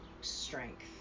strength